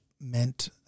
meant